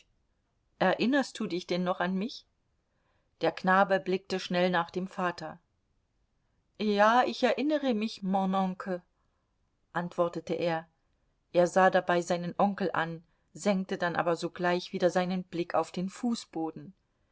erinnerst du dich denn noch an mich der knabe blickte schnell nach dem vater ja ich erinnere mich mon oncle antwortete er er sah dabei seinen onkel an senkte dann aber sogleich wieder seinen blick auf den fußboden